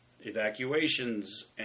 evacuations